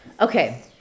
Okay